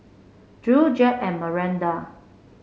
Drew Jep and Maranda